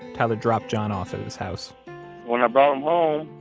tyler dropped john off at his house when i brought him home,